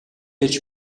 ярьж